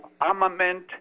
armament